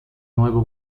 nuevo